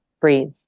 breathe